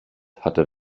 hatte